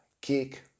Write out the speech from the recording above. kick